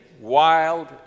wild